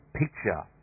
picture